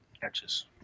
catches